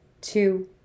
two